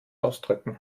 ausdrücken